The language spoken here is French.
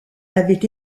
avait